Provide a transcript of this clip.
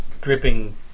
dripping